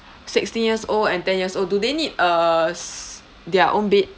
sixteen years old and ten years old do they need uh s~ their own bed